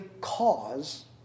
cause